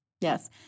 Yes